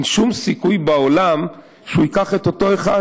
אין שום סיכוי בעולם שהוא ייקח את אותו אחד.